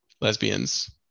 lesbians